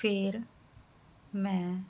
ਫੇਰ ਮੈਂ